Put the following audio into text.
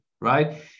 right